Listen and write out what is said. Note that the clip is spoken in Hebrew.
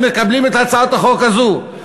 מקבלים את הצעת החוק הזאת?